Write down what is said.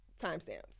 timestamps